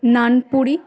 নান Puri